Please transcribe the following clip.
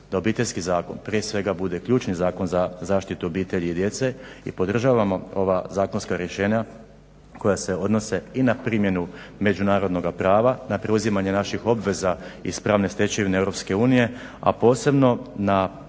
da Obiteljski zakon prije svega bude ključni zakon za zaštitu obitelji i djece i podržavamo ova zakonska rješenja koja se odnose i na primjenu međunarodnoga prava, na preuzimanje naših obveza iz pravne stečevine EU a posebno na isticanje problematike